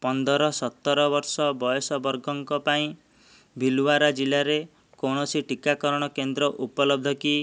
ପନ୍ଦର ସତର ବର୍ଷ ବୟସ ବର୍ଗଙ୍କ ପାଇଁ ଭୀଲ୍ୱାରା ଜିଲ୍ଲାରେ କୌଣସି ଟିକାକରଣ କେନ୍ଦ୍ର ଉପଲବ୍ଧ କି